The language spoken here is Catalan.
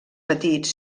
petits